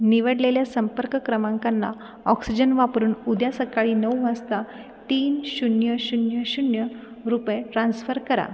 निवडलेल्या संपर्क क्रमांकांना ऑक्सिजन वापरून उद्या सकाळी नऊ वाजता तीन शून्य शून्य शून्य रुपये ट्रान्स्फर करा